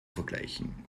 vergleichen